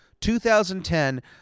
2010